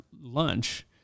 lunch